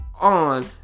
on